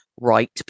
Right